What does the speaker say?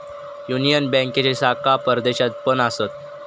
union बँकेचे शाखा परदेशात पण असत